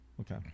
Okay